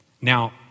Now